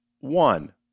one